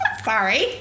Sorry